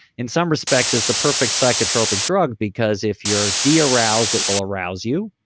in some respects is the perfect psychotropic drug because if you're de-aroused, it will arouse you.